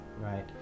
right